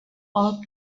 алып